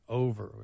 over